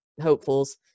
hopefuls